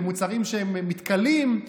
במוצרים מתכלים,